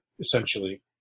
Essentially